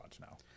now